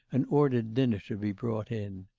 and ordered dinner to be brought in.